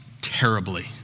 terribly